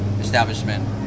establishment